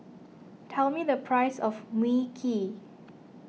tell me the price of Mui Kee